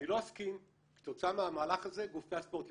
אני לא אסכים שכתוצאה מהמהלך הזה גופי הספורט ייפגעו.